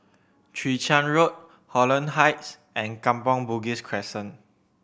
Chwee Chian Road Holland Heights and Kampong Bugis Crescent